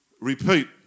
repeat